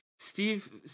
Steve